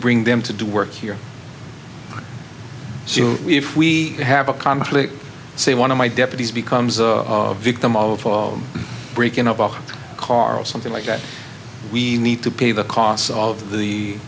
bring them to do work here soon if we have a conflict say one of my deputies becomes a victim of breaking up off a car or something like that we need to pay the costs of the